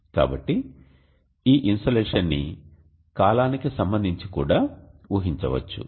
కాబట్టి ఈ ఇన్సోలేషన్ని కాలానికి సంబంధించి కూడా ఊహించవచ్చు